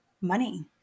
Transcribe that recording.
money